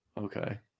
Okay